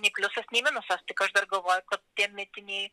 nei pliusas nei minusas tik aš dar galvoju kad tie mitiniai